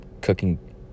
cooking